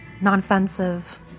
Non-offensive